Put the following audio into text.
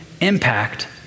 impact